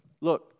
Look